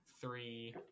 three